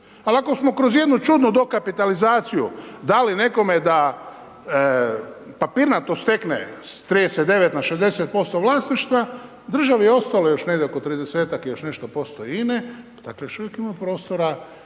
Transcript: Ali ako smo kroz jednu čudnu dokapitalizaciju dali nekome da papirnato stekne s 39 na 60% vlasništva, državi je ostalo još negdje oko 30-ak i još nešto posto INA-e, dakle još uvijek imamo prostora